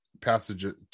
passages